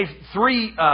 three